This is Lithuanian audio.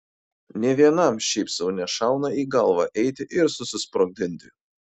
nė vienam šiaip sau nešauna į galvą eiti ir susisprogdinti